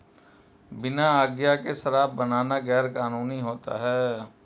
बिना आज्ञा के शराब बनाना गैर कानूनी होता है